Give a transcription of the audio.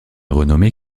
renommée